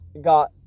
got